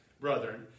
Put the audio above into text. brethren